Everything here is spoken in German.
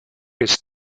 ist